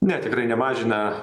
ne tikrai nemažina